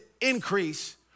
increase